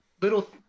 Little